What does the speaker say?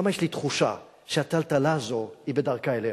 למה יש לי תחושה שהטלטלה הזאת היא בדרכה אלינו,